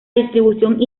distribución